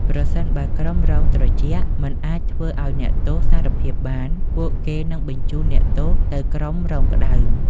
ប្រសិនបើក្រុមរងត្រជាក់មិនអាចធ្វើឱ្យអ្នកទោសសារភាពបាន ពួកគេនឹងបញ្ជូនអ្នកទោសទៅក្រុមរងក្តៅ។